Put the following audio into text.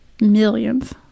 Millions